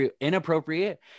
inappropriate